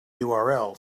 urls